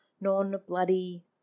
non-bloody